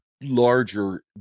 larger